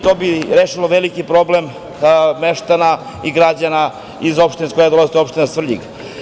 To bi rešio veliki problem meštana i građana iz opštine koje ja dolazim, to je opština Svrljig.